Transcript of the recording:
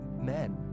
men